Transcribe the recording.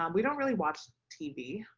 um we don't really watch tv,